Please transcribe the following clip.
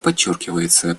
подчеркивается